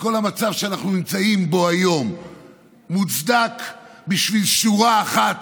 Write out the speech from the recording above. וכל המצב שאנחנו נמצאים בו היום מוצדק בשביל שורה אחת